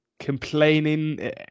complaining